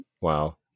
wow